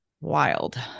wild